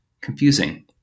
confusing